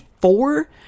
four